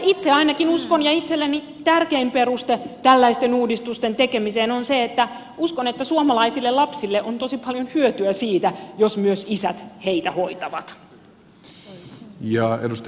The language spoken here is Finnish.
itse ainakin uskon ja itselleni tärkein peruste tällaisten uudistusten tekemiseen on se että suomalaisille lapsille on tosi paljon hyötyä siitä jos myös isät heitä hoitavat